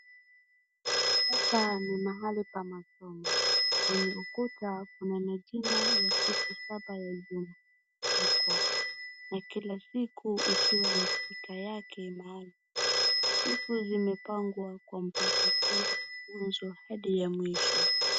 Hapa ni mahali pa masomo. Kwenye ukuta kuna majina ya siku saba yaliyoandikwa na kila siku ikiwa na picha yake maalumu. Siku zimepangwa kwa mpangilio mwanzo hadi ya mwisho.